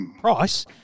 price